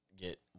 get